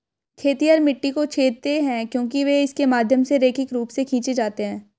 खेतिहर मिट्टी को छेदते हैं क्योंकि वे इसके माध्यम से रैखिक रूप से खींचे जाते हैं